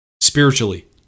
Spiritually